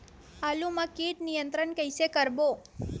आलू मा कीट नियंत्रण कइसे करबो?